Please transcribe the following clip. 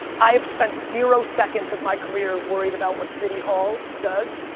i have spent zero seconds of my career worried about what city hall does.